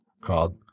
called